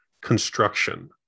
construction